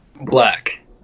black